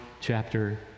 chapter